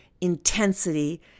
intensity